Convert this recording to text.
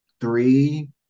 Three